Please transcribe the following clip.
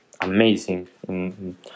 Amazing